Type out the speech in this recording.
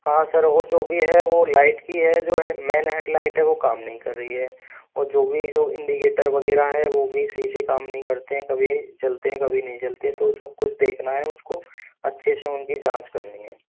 हाँ सर और जो भी है वो लाइट की है जो है मैन हेड लाइट है वो काम नहीं कर रही है और जो भी जो इंडिकेटर वगैरह हैं वो भी सही से काम नहीं करते है कभी जलते है कभी नहीं जलते है तो सब कुछ देखना है उसको अच्छे से उनकी जाँच करनी है